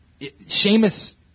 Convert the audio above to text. Seamus